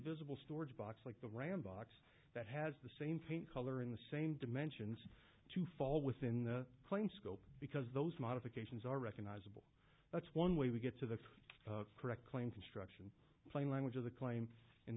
visible storage box like the ram box that has the same paint color in the same dimensions to fall within the coin scope because those modifications are recognizable that's one way we get to the correct claim construction plain language of the claim in